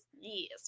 yes